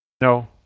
No